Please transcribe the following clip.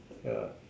ya